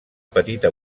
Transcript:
petita